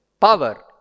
power